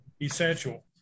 essential